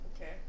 Okay